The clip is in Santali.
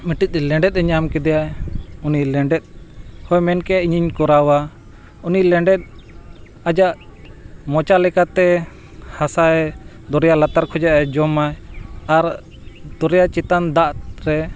ᱢᱤᱫᱴᱤᱡ ᱞᱮᱸᱰᱮᱫ ᱮ ᱧᱟᱢ ᱠᱮᱫᱮᱭᱟᱭ ᱩᱱᱤ ᱞᱮᱸᱰᱮᱫ ᱦᱚᱸᱭ ᱢᱮᱱ ᱠᱮᱜᱼᱟ ᱤᱧᱤᱧ ᱠᱚᱨᱟᱣᱟ ᱩᱱᱤ ᱞᱮᱸᱰᱮᱫ ᱟᱡᱟᱜ ᱢᱚᱪᱟ ᱞᱮᱠᱟᱛᱮ ᱦᱟᱥᱟᱭ ᱫᱚᱨᱭᱟ ᱞᱟᱛᱟᱨ ᱠᱷᱚᱱᱟᱜ ᱮ ᱡᱚᱢᱟᱭ ᱟᱨ ᱫᱚᱨᱭᱟ ᱪᱮᱛᱟᱱ ᱫᱟᱜ ᱨᱮ